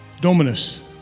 Dominus